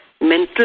mental